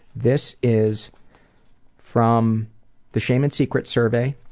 this is from the shame and secrets survey.